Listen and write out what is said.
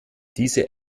diese